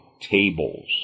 tables